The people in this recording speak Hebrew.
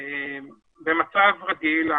במצב רגיל,